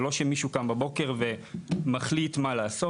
זה לא שמישהו קם בבוקר ומחליט מה לעשות.